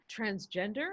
transgender